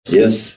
yes